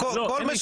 אין איפה ואיפה.